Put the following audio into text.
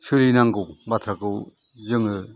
सोलिनांगौ बाथ्राखौ जोङो